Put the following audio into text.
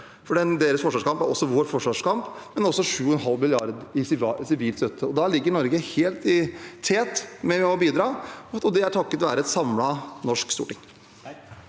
deres forsvarskamp er også vår forsvarskamp – men også med 7,5 mrd. kr i sivil støtte. Da ligger Norge helt i tet med å bidra, og det er takket være et samlet norsk storting.